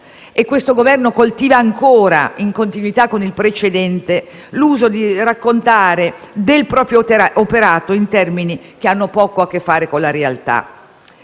e questo Governo coltiva ancora, in continuità con il precedente, l'uso di raccontare del proprio operato in termini che hanno poco a che fare con la realtà,